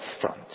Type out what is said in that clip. front